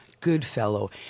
Goodfellow